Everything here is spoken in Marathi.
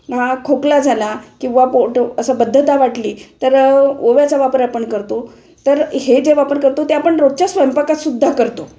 हा खोकला झाला किंवा पोट असं बद्धता वाटली तरं ओव्याचा वापर आपण करतो तर हे जे वापर करतो ते आपण रोजच्या स्वयंपाकातसुद्धा करतो